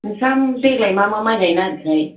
नोंस्रा देग्लाय मा मा माइ गायनो नागिरखोहाय